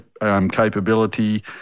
capability